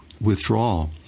withdrawal